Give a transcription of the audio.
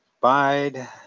bide